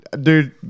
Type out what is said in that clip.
Dude